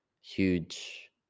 huge